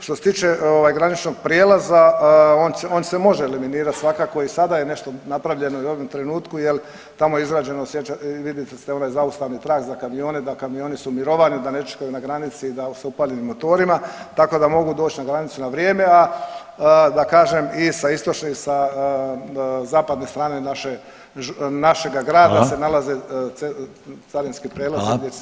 Što se tiče ovaj graničnog prijelaza on se on se može eliminirat svakako i sada je nešto napravljeno i u ovom trenutku jel tamo je izrađeno, sjećate, vidite onaj zaustavni trak za kamione, da kamioni su mirovanju, da ne čekaju na granici sa upaljenim motorima tako da mogu doći na granicu na vrijeme, a da kažem i sa istočne i sa zapadne strane naše, našega grada se nalaze [[Upadica: Hvala.]] carinski prijelazi koji se